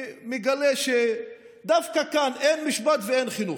מגלה שדווקא כאן אין משפט ואין חינוך.